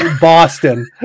Boston